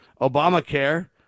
Obamacare